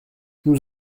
nous